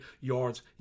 yards